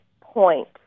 point